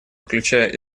включая